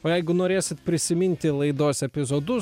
o jeigu norėsit prisiminti laidos epizodus